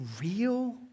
real